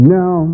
now